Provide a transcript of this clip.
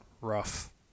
rough